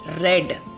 red